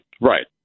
right